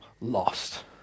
lost